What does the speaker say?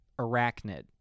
arachnid